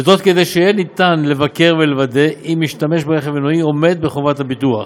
כדי שיהיה ניתן לבקר ולוודא שמשתמש ברכב מנועי עומד בחובת הביטוח.